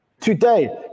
Today